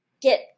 get